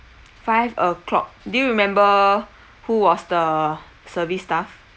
five o'clock do you remember who was the service staff